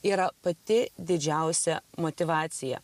yra pati didžiausia motyvacija